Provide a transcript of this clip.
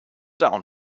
down